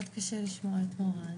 מאוד קשה לשמוע את מורן,